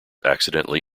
accidentally